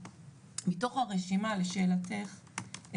לשאלתך,